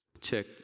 Check